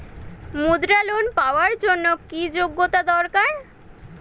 মুদ্রা লোন পাওয়ার জন্য কি যোগ্যতা দরকার?